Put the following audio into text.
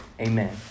amen